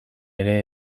ere